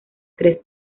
tres